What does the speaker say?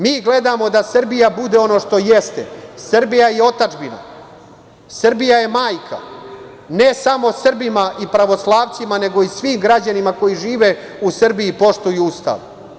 Mi gledamo da Srbija bude ono što jeste, Srbija i otadžbina, Srbija je majka, ne samo Srbima i pravoslavcima, nego i svim građanima koji žive u Srbiji poštuju Ustav.